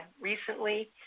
recently